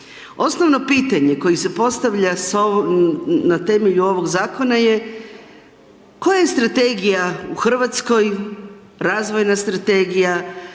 Osnovno pitanje koje se postavlja na temelju ovog zakona je koja je strategija u Hrvatskoj, razvojna strategija,